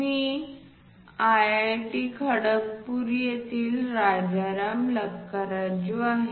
मी IIT Kharagpur येथील राजाराम लक्कराजू आहे